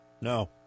No